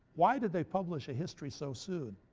why did they publish a history so soon?